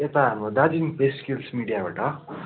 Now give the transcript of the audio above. एता Darjeeling press guild मिडियाबाट